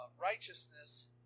righteousness